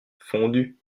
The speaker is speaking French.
fondu